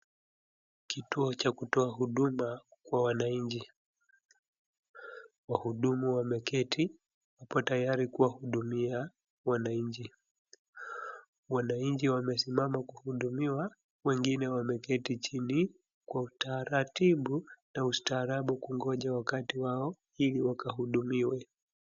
Kituo cha kutoa huduma kwa wananchi. Wahudumu wameketi wapo tayari kuwahudumia wananchi. Wananchi wamesimama kuhudumiwa wengine wameketi chini kwa utaratibu na ustaarabu kugoja wakati wao wakahudumiwe.